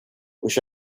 wish